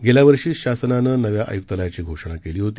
गेल्या वर्षीच शासनानं नव्या आयुक्तालयाची घोषणा केली होती